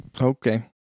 Okay